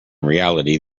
reality